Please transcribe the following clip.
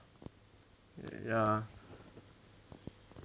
ya